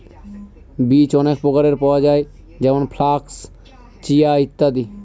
বীজ অনেক প্রকারের পাওয়া যায় যেমন ফ্লাক্স, চিয়া, ইত্যাদি